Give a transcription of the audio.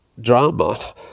drama